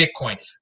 Bitcoin